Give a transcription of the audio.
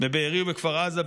בבארי ובכפר עזה,